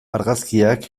argazkiak